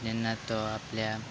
जेन्ना तो आपल्या